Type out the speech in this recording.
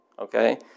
Okay